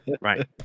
right